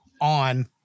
on